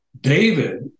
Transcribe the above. David